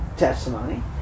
Testimony